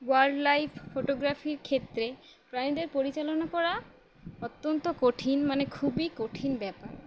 wildlife ফটোগ্রাফির ক্ষেত্রে প্রাণীদের পরিচালনা করা অত্যন্ত কঠিন মানে খুবই কঠিন ব্যাপার